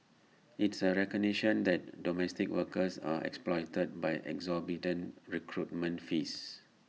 it's A recognition that domestic workers are exploited by exorbitant recruitment fees